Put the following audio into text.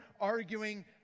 arguing